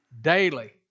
daily